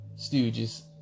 stooges